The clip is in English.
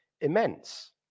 immense